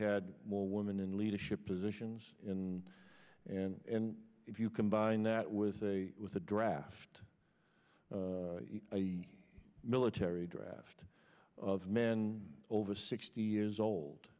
had more women in leadership positions and and if you combine that with the draft the military draft of men over sixty years old